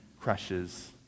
crushes